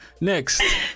Next